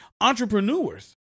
entrepreneurs